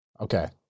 Okay